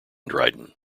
dryden